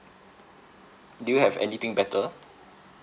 do you have anything better